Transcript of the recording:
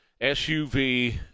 SUV